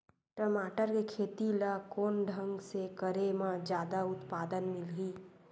टमाटर के खेती ला कोन ढंग से करे म जादा उत्पादन मिलही?